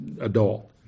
adult